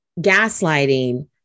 gaslighting